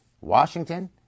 Washington